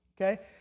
okay